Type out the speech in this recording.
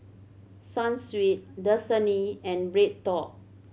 Sunsweet Dasani and BreadTalk